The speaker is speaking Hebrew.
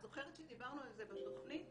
את זוכרת שדיברנו על זה בתוכנית?